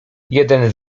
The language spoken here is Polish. jeden